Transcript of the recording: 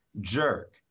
jerk